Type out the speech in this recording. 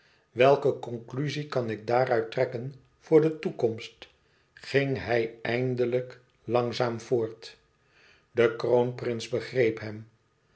welke concluzie kan ik daaruit trekken voor de toekomst ging hij eindelijk langzaam voort de kroonprins begreep hem